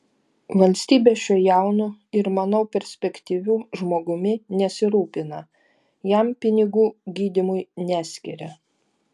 valstybė šiuo jaunu ir manau perspektyviu žmogumi nesirūpina jam pinigų gydymui neskiria